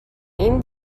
این